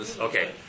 Okay